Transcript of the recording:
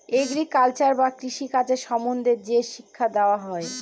agriculture বা কৃষি কাজ সম্বন্ধে যে শিক্ষা দেওয়া হয়